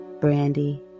Brandy